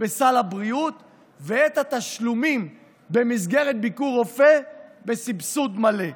בסל הבריאות ואת התשלומים במסגרת ביקור רופא בסבסוד מלא.